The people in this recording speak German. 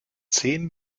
zehn